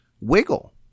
Wiggle